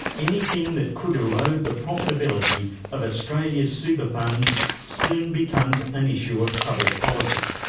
anything that could erode the profitability of australia's super funds soon becomes an issue of public policy,